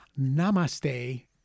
Namaste